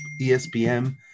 ESPN